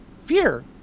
fear